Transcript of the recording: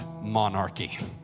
monarchy